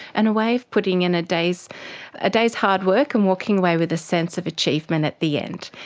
and a way of putting in a day's a day's hard work and walking away with a sense of achievement at the end.